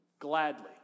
gladly